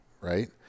Right